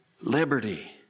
liberty